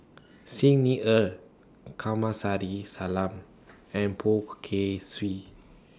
Xi Ni Er Kamsari Salam and Poh Kay Swee